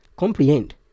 comprehend